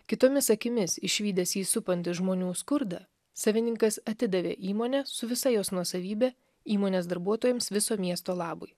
kitomis akimis išvydęs jį supantį žmonių skurdą savininkas atidavė įmonę su visa jos nuosavybė įmonės darbuotojams viso miesto labui